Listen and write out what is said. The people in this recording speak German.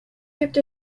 hebt